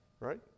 right